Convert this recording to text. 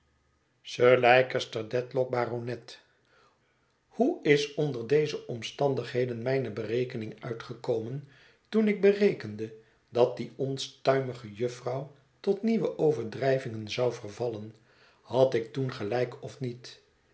huis cester dedlock baronet hoe is onder deze omstandigheden mijne berekening uitgekomen toen ik berekende dat die onstuimige jufvrouw tot nieuwe overdrijvingen zou vervallen had ik toen gelijk of niet